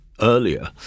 earlier